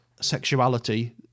sexuality